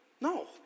No